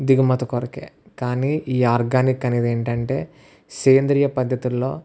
దిగుమత కొరకే కానీ ఈ ఆర్గానిక్ అనేది ఏంటంటే సేంద్రియ పద్ధతుల్లో